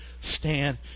stand